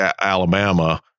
Alabama